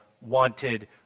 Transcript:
wanted